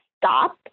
stop